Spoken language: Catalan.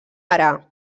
ara